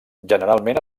generalment